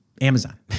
Amazon